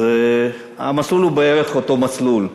אז המסלול הוא בערך אותו מסלול.